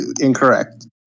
incorrect